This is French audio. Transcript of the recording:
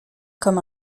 comme